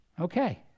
Okay